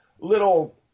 little